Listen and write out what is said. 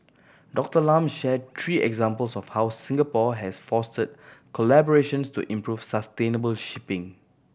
Doctor Lam shared three examples of how Singapore has fostered collaborations to improve sustainable shipping